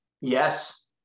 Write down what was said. yes